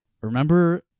remember